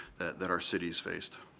that our city has faced.